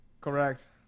Correct